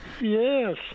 Yes